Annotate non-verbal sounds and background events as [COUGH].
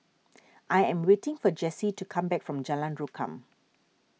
[NOISE] I am waiting for Jessi to come back from Jalan Rukam